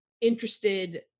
interested